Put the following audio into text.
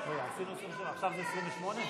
עשינו כבר 27?